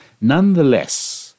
Nonetheless